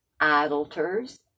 idolaters